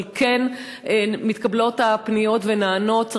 אבל כן מתקבלות הפניות והן נענות.